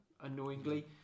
annoyingly